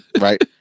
Right